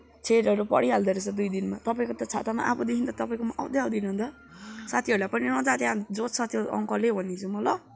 छेँडहरू परिहाल्दो रहेछ दुई दिनमा तपाईँको त छातामा अबदेखि त तपाईँकोमा आउँदै आउँदिनँ नि दा साथीहरूलाई पनि नजा त्यहाँ जोत्छ त्यो अङ्कलले भनिदिन्छु म ल